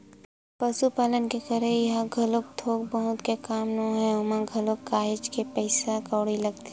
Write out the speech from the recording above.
पसुपालन के करई ह घलोक थोक बहुत के काम नोहय ओमा घलोक काहेच के पइसा कउड़ी लगथे